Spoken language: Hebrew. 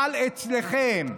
חל אצלכם.